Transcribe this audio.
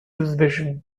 vision